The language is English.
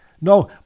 no